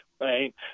right